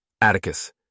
Atticus